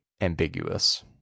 ambiguous